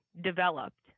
developed